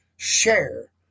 share